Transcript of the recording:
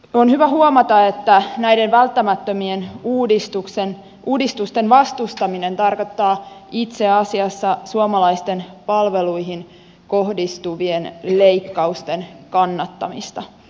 on hyvä huomata että näiden välttämättö mien uudistusten vastustaminen tarkoittaa itse asiassa suomalaisten palveluihin kohdistuvien leikkausten kannattamista